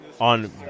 on